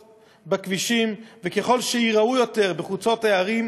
בכבישים וככל שהן ייראו יותר בחוצות הערים,